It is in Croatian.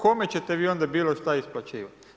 Kome ćete vi onda bilo šta isplaćivati?